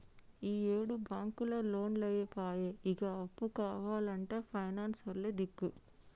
ఈయేడు బాంకులు లోన్లియ్యపాయె, ఇగ అప్పు కావాల్నంటే పైనాన్సులే దిక్కు